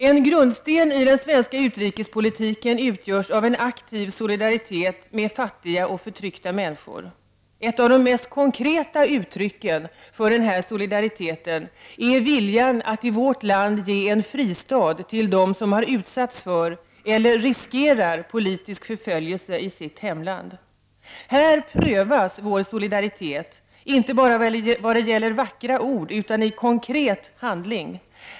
En grundsten i den svenska utrikespolitiken utgörs av en aktiv solidaritet med fattiga och förtryckta människor. Ett av de mest konkreta uttrycken för denna solidaritet är viljan att i vårt land ge en fristad till dem som har utsatts för eller riskerar politisk förföljelse i sitt hemland. Här prövas vår solidaritet, inte bara vad gäller vackra ord utan i konkret handling.